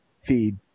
feed